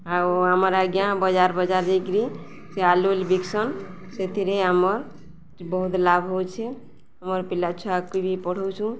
ଆଉ ଆମର ଆଜ୍ଞା ବଜାର ବଜାର ଦେଇକିରି ସେ ଆଲୁଲି ବିକ୍ସନ୍ ସେଥିରେ ଆମର୍ ବହୁତ ଲାଭ ହଉଛେ ଆମର୍ ପିଲା ଛୁଆଙ୍କୁ ବି ପଢ଼ଉଛୁ